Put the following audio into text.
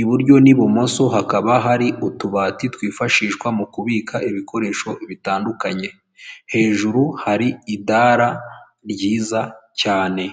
iburyo n'ibumoso hakaba hari utubati twifashishwa mu kubika ibikoresho bitandukanye, hejuru hari idara ryiza cyane.